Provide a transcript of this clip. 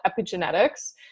epigenetics